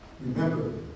Remember